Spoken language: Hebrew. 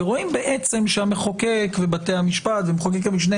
ורואים בעצם שהמחוקק ובתי המשפט ומחוקק המשנה